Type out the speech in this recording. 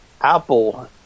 Apple